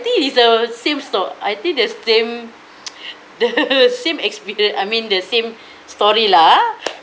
think is the same stor~ I think the same the same experience I mean the same story lah